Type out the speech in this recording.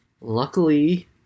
luckily